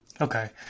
Okay